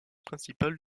principale